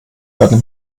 werden